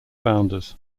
founders